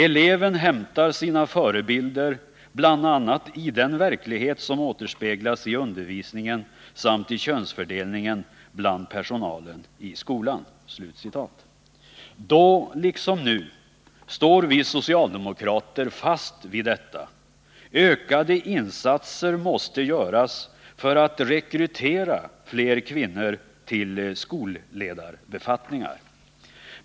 Eleven hämtar sina förebilder bl.a. i den verklighet som återspeglas i undervisningen samt i könsfördelningen bland personalen i skolan.” Då liksom nu står vi socialdemokrater fast vid detta. Ökade insatser måste göras för att rekrytera fler kvinnor till skolledarbefattningar.